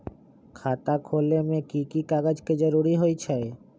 खाता खोले में कि की कागज के जरूरी होई छइ?